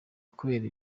kubera